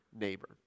neighbor